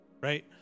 Right